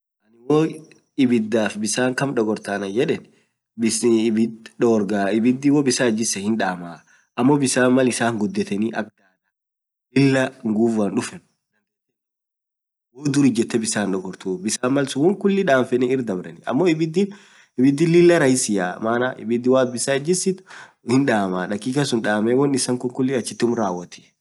hoo ibidaaf bisaan kaam dogortaa anan yedeen ibiid dorgaa, ibidiin hoo bisaan itjiseen hindamaa amo bisaanin lila nguvuan dufeen dur ijetee dandetee hindogortuu, bisaan malsuun woankulii danfenii irr dabreen amoo ibidin lilaa rahisiia malatin bissan itjisiit hindamaa woan issan kulin achituu rawotii.